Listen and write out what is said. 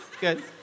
good